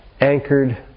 Anchored